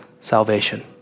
salvation